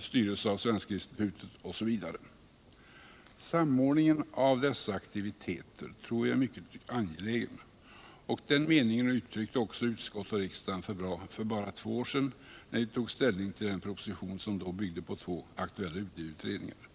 styrs av Svenska institutet osv. Samordningen av dessa aktiviteter är mycket angelägen. Den meningen uttryckte också utskottet och riksdagen för bara två år sedan, när vi tog ställning till en proposition som byggde på två då aktuella UD-utredningar.